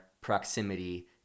proximity